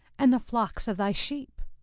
and the flocks of thy sheep.